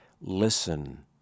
Listen